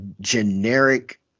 generic